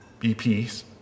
BPs